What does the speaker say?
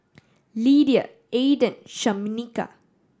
Lydia Aiden Shameka